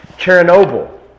Chernobyl